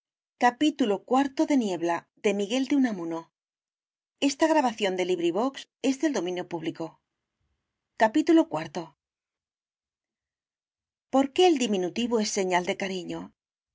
calle iv por qué el diminutivo es señal de cariño